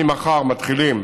ממחר אנחנו מתחילים